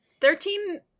thirteen